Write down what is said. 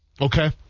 Okay